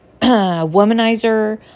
womanizer